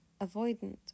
avoidant